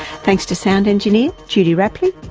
thanks to sound engineer judy rapley.